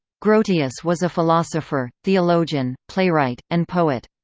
grotius was a philosopher, theologian, playwright, and poet.